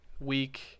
week